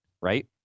right